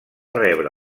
rebre